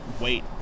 wait